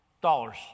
dollars